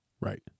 Right